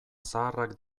zaharrak